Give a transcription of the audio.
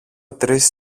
τρεις